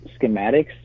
schematics